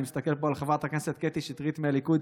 אני מסתכל פה על חברת הכנסת קטי שטרית מהליכוד,